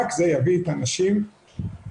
רק זה יביא את הנשים לטיפול,